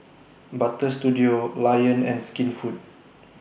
Butter Studio Lion and Skinfood